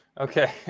Okay